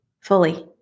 fully